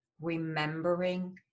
remembering